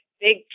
big